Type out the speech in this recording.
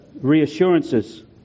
reassurances